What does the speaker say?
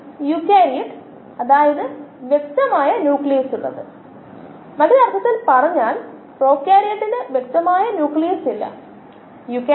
yield coefficient എന്താണെന്ന് നമ്മൾ കണ്ടു നിരവധി യീൽഡ് കോയിഫിഷ്യന്റ് നിർവ്വചിക്കാൻ കഴിയും അത് അടിസ്ഥാനപരമായി ഒരു തുകയുടെ അളവാണ് തുടർന്ന് അവ ഒരു നിരക്ക് മറ്റൊന്നിലേക്ക് പരിവർത്തനം ചെയ്യാൻ ഉപയോഗിക്കാം